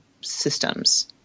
systems